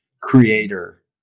creator